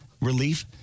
relief